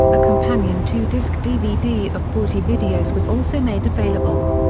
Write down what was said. a companion two disc dvd of forty videos was also made available.